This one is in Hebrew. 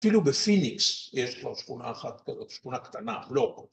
‫אפילו בפיניקס ‫יש כבר שכונה אחת כזאת, ‫שכונה קטנה, אך לא.